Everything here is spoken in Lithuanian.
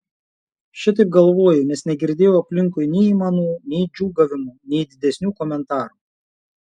šitaip galvoju nes negirdėjau aplinkui nei aimanų nei džiūgavimų nei didesnių komentarų